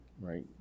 right